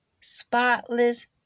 spotless